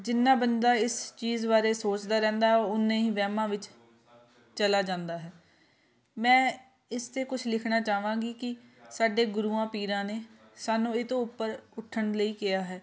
ਜਿੰਨਾਂ ਬੰਦਾ ਇਸ ਚੀਜ਼ ਬਾਰੇ ਸੋਚਦਾ ਰਹਿੰਦਾ ਉਨੇ ਹੀ ਵਹਿਮਾਂ ਵਿੱਚ ਚਲਾ ਜਾਂਦਾ ਹੈ ਮੈਂ ਇਸ 'ਤੇ ਕੁਛ ਲਿਖਣਾ ਚਾਹਵਾਂਗੀ ਕਿ ਸਾਡੇ ਗੁਰੂਆਂ ਪੀਰਾਂ ਨੇ ਸਾਨੂੰ ਇਹ ਤੋਂ ਉੱਪਰ ਉੱਠਣ ਲਈ ਕਿਹਾ ਹੈ